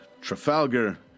Trafalgar